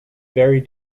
very